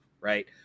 right